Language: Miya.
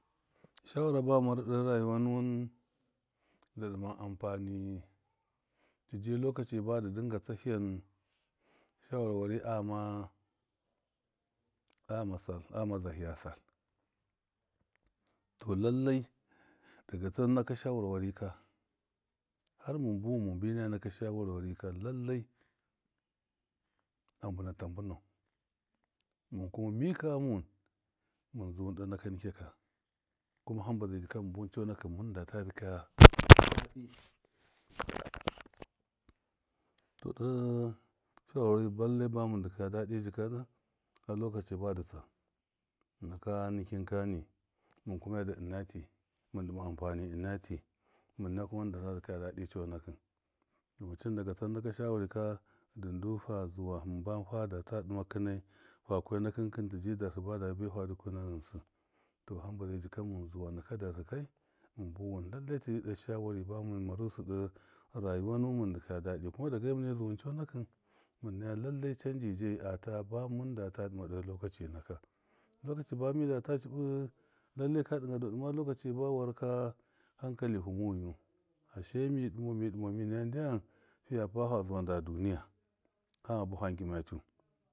Shawara ba mɨn mara dɔ rayuwa nuwɨn ɨṫ dɨman ampani, tɨji lɔci badɨ dɨnga tsahɨn shawar wari a ghama sal a ghama zahɨya sal, tɔ lallai daga tsan naka shawar wari ka har mɨn buwɨn mɨn mɨnbɨ naya naka shawar wari ka lallai a mbɨnata mbɨnau, mɨn kuma mika ghamuwṫn mɨn zuwɨn de naka nikyakya kima hamba zai jika mɨn buwɨn cɔnakṫn mɨndata dɨka ya tɔ dɔ shawar wari lallai bami dɨ kɔya dadɨ jika na har lɔkaci badɨ tsam naka nikin kani, mɨn kuma yarda ɨna tii mɨn ɗɨna ampani ɨnati mɨn naya kuma mɨndata dikaya daɗɨ cɔnakṫn damacɨn daga tsan naka shawari ka, du- ndu fa zuwa hamba fadata dɨmaka nai. fa kuya nakɨn kɨn tiji darhɨ ba dabi baifa dukuna ghɨnsɨ tɔ hamba zai jika mɨn zuwa naka darhɨ kai mɨn suwɨn lallai tiji de shawari ba minn marusɨ ɗe rayuwa nuwɨn mɨn dɨkaya daɗɨ, kuma dege mɨne zuwɨn cɔnakṫn mṫn naya lallai canji jeyi at aba mṫndata dɨmau ɗe lɔkaci naka lɔkaci ba midata cɨbɨ lallai ka dɨnga du a ɗɨma lɔkacṫ ba war ka hankalifu mɔyu, ashe mi dɨmau midimau mi naya ndyan fiya pa fa zuwa nde yi ka fangi cu.